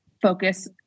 focus